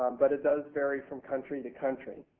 um but it does vary from country to country.